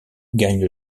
gagne